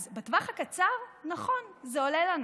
אז בטווח הקצר, נכון, זה עולה לנו.